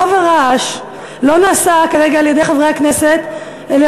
רוב הרעש לא נעשה כרגע על-ידי חברי הכנסת אלא